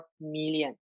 million